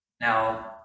Now